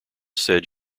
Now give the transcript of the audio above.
said